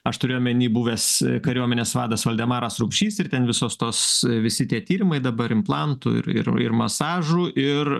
aš turiu omeny buvęs kariuomenės vadas valdemaras rupšys ir ten visos tos visi tie tyrimai dabar implantų ir ir ir masažų ir